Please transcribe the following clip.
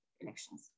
elections